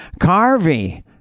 Carvey